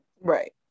Right